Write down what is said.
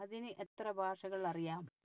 അതിന് എത്ര ഭാഷകൾ അറിയാം